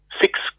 Six